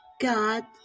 God